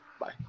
bye